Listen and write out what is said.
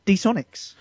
D-Sonics